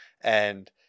and-